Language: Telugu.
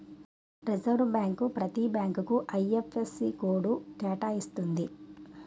రిజర్వ్ బ్యాంక్ ప్రతి బ్యాంకుకు ఐ.ఎఫ్.ఎస్.సి కోడ్ కేటాయిస్తుంది